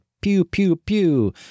pew-pew-pew